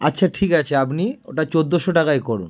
আচ্ছা ঠিক আছে আপনি ওটা চোদ্দোশো টাকায় করুন